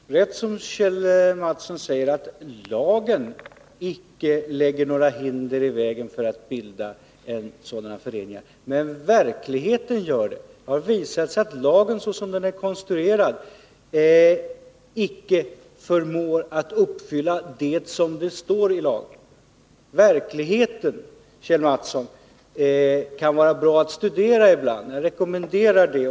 Herr talman! Det är helt rätt som Kjell Mattsson säger, att lagen icke lägger några hinder i vägen för att bilda sådana föreningar. Men verkligheten gör det! Det har visat sig att lagen så som den är konstruerad icke gör det möjligt att uppfylla det som står i lagen. Verkligheten kan vara bra att studera ibland, Kjell Mattsson. Jag rekommenderar detta.